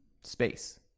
space